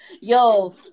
Yo